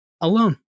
alone